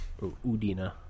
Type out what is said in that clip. Udina